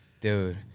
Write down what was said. Dude